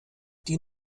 die